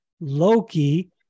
Loki